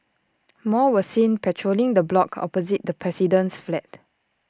more were seen patrolling the block opposite the president's flat